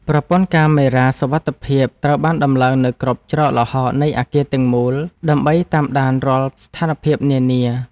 ប្រព័ន្ធកាមេរ៉ាសុវត្ថិភាពត្រូវបានដំឡើងនៅគ្រប់ច្រកល្ហកនៃអគារទាំងមូលដើម្បីតាមដានរាល់ស្ថានភាពនានា។